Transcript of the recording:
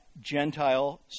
Gentile